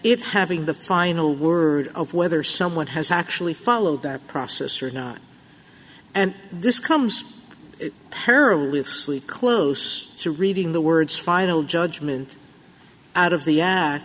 it having the final word of whether someone has actually followed that process or not and this comes perilously close to reading the words final judgment out of the a